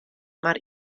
mar